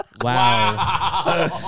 Wow